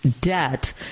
debt